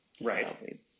Right